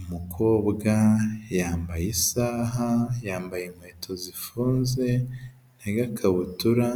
Umukobwa yambaye isaha, yambaye inkweto zifunze n'agakabutura